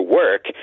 work